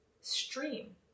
stream